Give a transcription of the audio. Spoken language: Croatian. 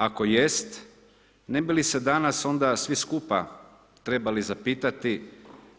Ako jest, ne bi li se danas onda svi skupa trebali zapitati